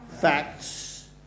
Facts